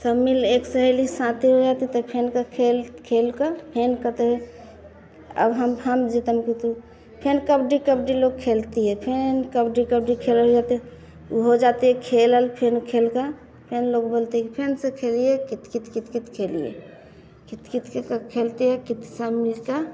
सब मिल एक सहेली साथे होती तो फिर के खेल खेलकर फिर कते अब हम हम जीतन के तो फेन कबड्डी कबड्डी लोग खेलती है फेन कबड्डी कबड्डी खेले त वो हो जाती है खेलल फिर खेलकर फिर लोग बोलते हैं फेंड से खेलिए कित कित कित कित खेलिए कित कित कित खेलते कित शाम इ का